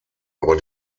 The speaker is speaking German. aber